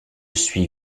suis